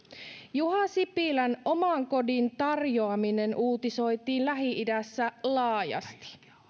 juha sipilän oman kodin tarjoaminen uutisoitiin lähi idässä laajasti